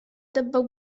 tampoc